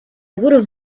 would